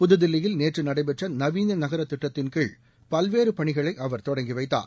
புதுதில்லியில் நேற்று நடைபெற்ற நவீன நகர திட்டத்தின்கீழ் பல்வேறு பணிகளை அவர் தொடங்கி வைத்தார்